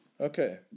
Okay